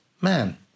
man